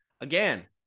Again